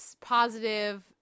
positive –